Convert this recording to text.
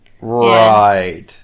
Right